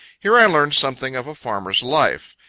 here i learned something of a farmer's life.